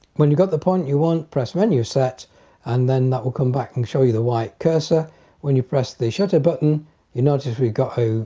when you got the point you want, press menu set and then that will come back and show you the white cursor when you press the shutter button you notice we've got a